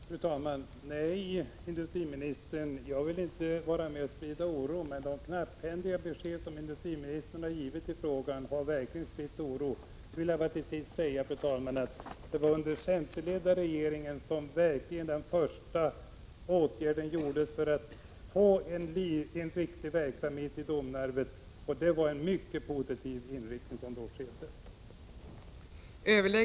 Fru talman! Nej, industriministern, jag vill inte vara med och sprida oro. Men de knapphändiga besked som industriministern har givit i frågan har verkligen spritt oro. Fru talman! Till sist vill jag säga att det var under den centerledda regeringen som den första åtgärden vidtogs för att få en modern verksamhet i Domnarvet. Det skedde då en mycket positiv inriktning som skapade trygghet och framtidstro.